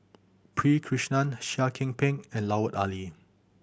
P Krishnan Seah Kian Peng and Lut Ali